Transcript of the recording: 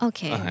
Okay